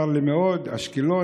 צר לי מאוד לאשקלון,